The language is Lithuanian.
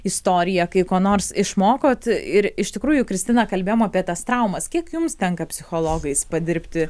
istoriją kai ko nors išmokot ir iš tikrųjų kristina kalbėjom apie tas traumas kiek jums tenka psichologais padirbti